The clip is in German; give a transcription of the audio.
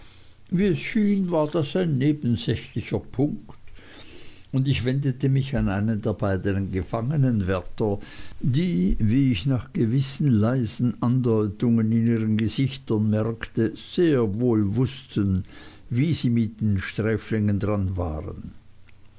wie es schien war das ein nebensächlicher punkt und ich wendete mich an einen der beiden gefangenwärter die wie ich nach gewissen leisen andeutungen in ihren gesichtern merkte sehr wohl wußten wie sie mit den sträflingen dran waren